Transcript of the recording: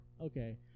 Okay